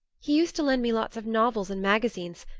he used to lend me lots of novels and magazines,